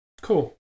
Cool